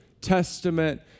Testament